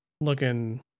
looking